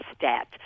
debt